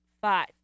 five